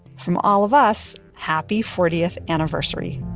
from all of us, happy fortieth anniversary